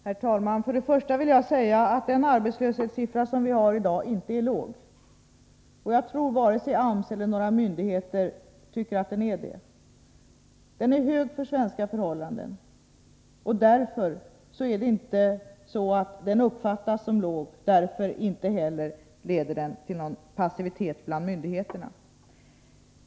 Herr talman! Jag vill börja med att säga att den arbetslöshetssiffra som vi har i dag inte är låg. Jag tror inte att vare sig AMS eller andra myndigheter tycker att den är det. Den är hög för svenska förhållanden. Därför uppfattas den inte som låg och därför leder den inte till passivitet bland myndigheterna.